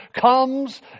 comes